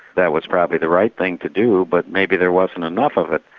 that was probably the right thing to do, but maybe there wasn't enough of it.